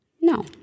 No